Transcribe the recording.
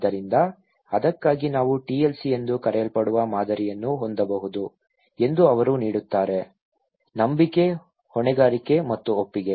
ಆದ್ದರಿಂದ ಅದಕ್ಕಾಗಿ ನಾವು TLC ಎಂದು ಕರೆಯಲ್ಪಡುವ ಮಾದರಿಯನ್ನು ಹೊಂದಬಹುದು ಎಂದು ಅವರು ನೀಡುತ್ತಿದ್ದಾರೆ ನಂಬಿಕೆ ಹೊಣೆಗಾರಿಕೆ ಮತ್ತು ಒಪ್ಪಿಗೆ